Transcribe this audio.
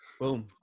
Boom